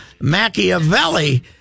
Machiavelli